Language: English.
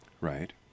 Right